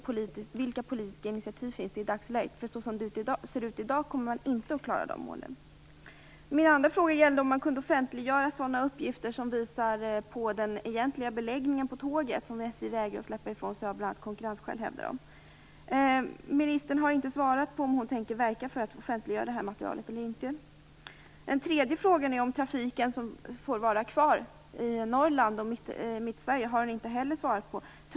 Vilka politiska initiativ finns det i dagsläget? Som det ser ut i dag kommer man inte att klara av de målen. Min andra fråga gällde om man kan offentliggöra sådana upppgifter som visar den egentliga beläggningen på tågen. SJ vägrar ju att släppa ifrån sig uppgifterna - bl.a. av konkurrensskäl, hävdar man. Ministern har inte svarat på om hon tänker verka för att detta material offentliggörs eller inte. Mitt-Sverige får vara kvar, har hon inte heller svarat på.